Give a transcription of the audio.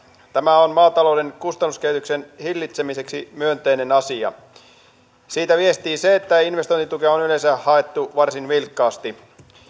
tämä on maatalouden kustannuskehityksen hillitsemiseksi myönteinen asia siitä viestii se että investointitukia on yleensä haettu varsin vilkkaasti